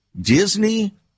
Disney